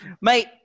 Mate